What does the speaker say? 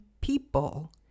people